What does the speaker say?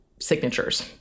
signatures